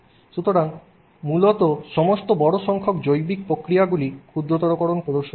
সুতরাং মূলত সমস্ত বড় সংখ্যক জৈবিক প্রক্রিয়াগুলি ক্ষুদ্রতরকরণ প্রদর্শন করে